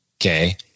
Okay